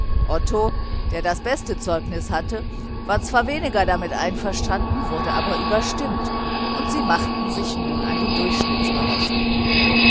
otto der das beste zeugnis hatte war zwar weniger damit einverstanden wurde aber überstimmt und sie machten sich nun an die